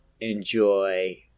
enjoy